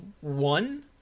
one